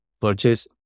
purchase